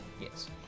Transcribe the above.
yes